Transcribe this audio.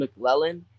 McLellan